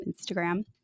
Instagram